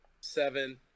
Seven